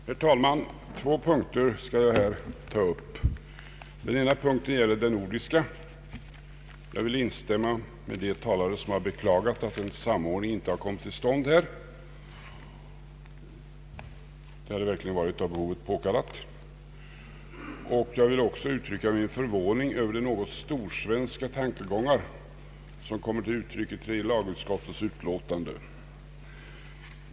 Herr talman! Två punkter skall jag här ta upp. Den ena punkten gäller det nordiska. Jag vill instämma med de talare som har beklagat att en samordning inte har kommit till stånd; det hade verkligen varit av behovet påkallat. Jag vill också uttrycka min förvåning över de något storsvenska tankegångar som kommit till uttryck i tredje lagutskottets utlåtande.